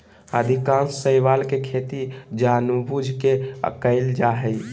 अधिकांश शैवाल के खेती जानबूझ के कइल जा हइ